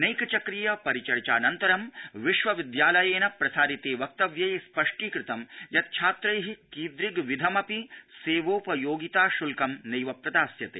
नैक चक्रीय परिचर्चानन्तरं विश्वविदयालयेन प्रसारिते वक्तव्ये स्पष्टीकृतं यत् छात्रै किदृग्विधमपि सेवोपयोगिता श्ल्कं नैव प्रदास्यते